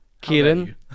Kieran